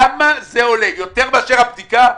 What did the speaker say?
כמה עולה ההחמרה במצב יותר מהבדיקה?